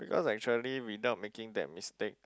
cause actually without making that mistake